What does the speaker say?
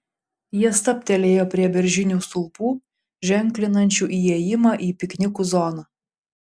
jie stabtelėjo prie beržinių stulpų ženklinančių įėjimą į piknikų zoną